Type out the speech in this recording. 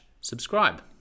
subscribe